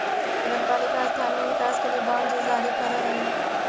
नगर पालिका स्थानीय विकास के लिए बांड जारी करऽ हई